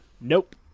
Nope